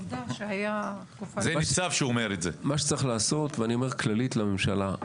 מה שצריך לעשות, ואני אומר כללית לממשלה.